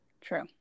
True